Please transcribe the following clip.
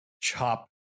chop